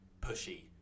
pushy